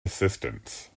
assistance